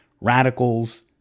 radicals